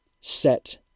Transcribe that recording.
set